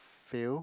fail